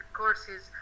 courses